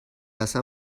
اصلا